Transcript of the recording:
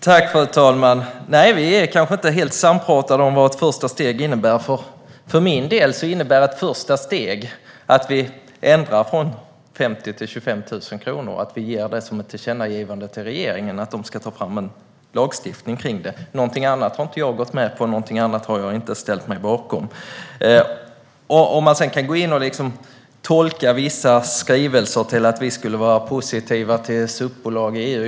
Fru talman! Nej, vi är kanske inte helt sampratade om vad ett första steg innebär. För min del innebär ett första steg att vi ändrar från 50 000 till 25 000 kronor och att det görs ett tillkännagivande till regeringen om att ta fram ett lagstiftningsförslag. Något annat har jag inte gått med på, och något annat har jag inte ställt mig bakom. Sedan var det frågan om man kan tolka vissa skrivningar som att Sverigedemokraterna är positiva till SUP-bolag i EU.